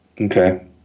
Okay